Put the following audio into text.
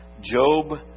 Job